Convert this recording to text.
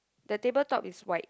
the table top is white